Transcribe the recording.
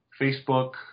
Facebook